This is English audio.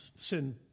sin